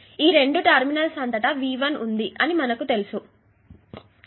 ఈ 2 టెర్మినల్స్ అంతటా V1 ఉంది అని మనకు తెలియదు